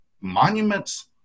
monuments